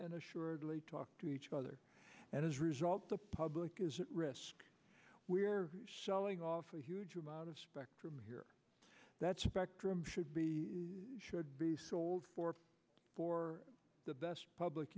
assuredly talk to each other and as result the public is at risk we're selling off a huge amount of spectrum here that spectrum should be should be sold for for the best public